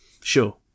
Sure